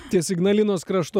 ties ignalinos kraštu